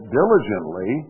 diligently